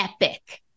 epic